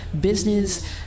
business